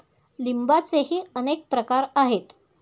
लिंबाचेही अनेक प्रकार आहेत